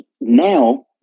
Now